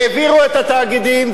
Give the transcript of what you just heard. העבירו את התאגידים,